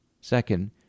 Second